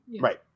right